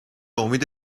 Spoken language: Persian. امید